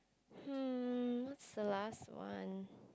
mm what's the last one